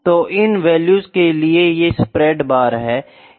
तो इन वैल्यूज के लिए ये स्प्रेड बार है